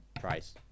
price